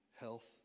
health